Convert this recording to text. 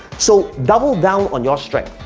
so double down on your strength.